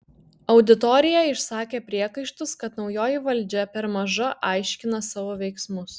auditorija išsakė priekaištus kad naujoji valdžia per maža aiškina savo veiksmus